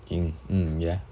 mm mm yeh